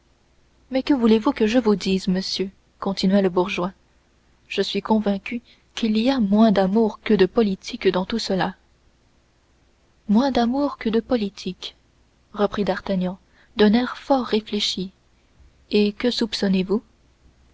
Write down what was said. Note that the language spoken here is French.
mais voulez-vous que je vous dise monsieur continua le bourgeois je suis convaincu moi qu'il y a moins d'amour que de politique dans tout cela moins d'amour que de politique reprit d'artagnan d'un air fort réfléchi et que